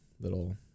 little